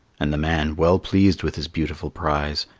and the man, well pleased with his beautiful prize,